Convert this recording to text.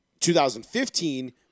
2015